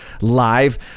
live